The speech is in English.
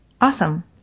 Awesome